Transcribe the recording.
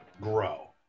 grow